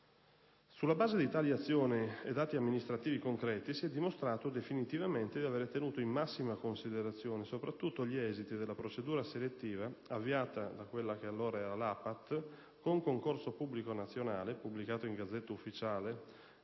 Sulla base di tali azioni e atti amministrativi concreti si è dimostrato, definitivamente, di aver tenuto in massima considerazione gli esiti della procedura selettiva avviata dall'ex APAT con concorso pubblico nazionale, pubblicato sulla Gazzetta Ufficiale,